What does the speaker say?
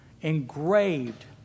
engraved